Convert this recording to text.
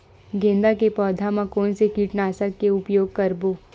गेंदा के पौधा म कोन से कीटनाशक के उपयोग करबो?